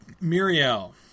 Muriel